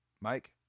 Mike